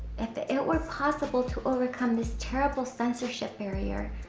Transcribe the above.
if it were possible to overcome this terrible censorship barrier,